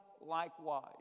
likewise